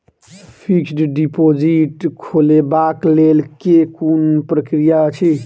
Fixed deposit खोलबाक लेल केँ कुन प्रक्रिया अछि?